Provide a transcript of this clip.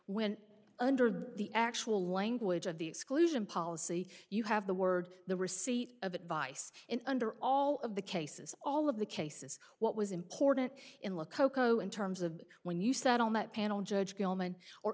when under the actual language of the exclusion policy you have the word the receipt of advice and under all of the cases all of the cases what was important in the cocoa in terms of when you sat on that panel judge gilman or